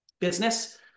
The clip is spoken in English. business